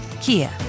Kia